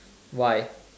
why